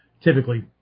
Typically